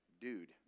dude